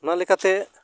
ᱚᱱᱟ ᱞᱮᱠᱟᱛᱮ